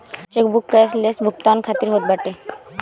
chequebook cashless भुगतान खातिर होत बाटे